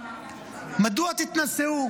"מדוע תתנשאו".